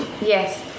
Yes